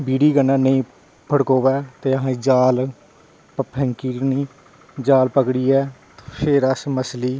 बीड़ी कन्नै नेईं पकड़ोऐ ते अस जाल जाल पकड़ियै फिर अस मच्छली